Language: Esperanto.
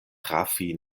trafi